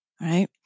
right